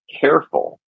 careful